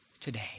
today